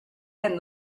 and